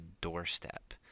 doorstep